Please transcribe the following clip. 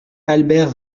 albert